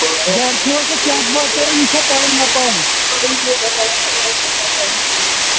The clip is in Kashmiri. گَرِ چھُوا سُہ چیک زانٛہہ کَران یہِ چَھا پَران نہ پَران